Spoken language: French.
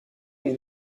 est